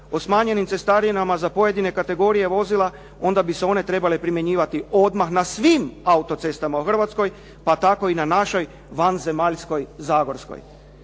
o smanjenim cestarinama za pojedine kategorije vozila onda bi se one trebale primjenjivati odmah na svim auto-cestama u Hrvatskoj pa tako i na našoj vanzemaljskoj zagorskoj.